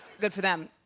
good for them.